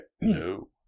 No